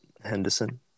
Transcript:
Henderson